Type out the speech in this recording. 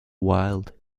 wild